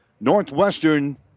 Northwestern